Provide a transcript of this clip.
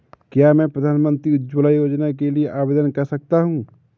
क्या मैं प्रधानमंत्री उज्ज्वला योजना के लिए आवेदन कर सकता हूँ?